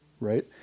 right